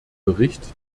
bericht